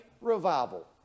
revival